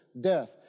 death